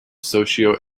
socio